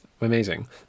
Amazing